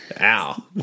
Ow